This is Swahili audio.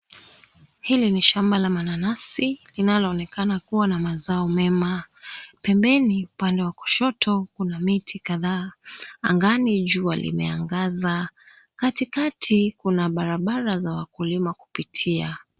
Hili ni shamba la mananasi linaloonekana kuwa na mazao mema. Pembeni upande wa kushoto, kuna miti kadhaa. Angani jua limeangaza. Katikati kuna barabara za wakulima kupitia.